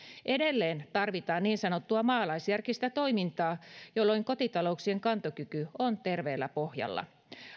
edelleen tarvitaan niin sanottua maalaisjärkistä toimintaa jolloin kotitalouksien kantokyky on terveellä pohjalla